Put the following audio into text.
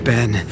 Ben